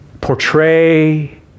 portray